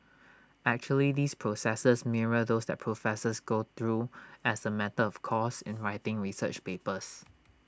actually these processes mirror those that professors go through as A matter of course in writing research papers